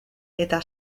eta